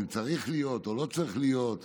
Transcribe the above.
אם צריך להיות או לא צריך להיות,